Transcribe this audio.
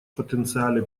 потенциале